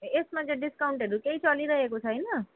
य यसमा चाहिँ डिस्काउन्टहरू केही चलिरहेको छैन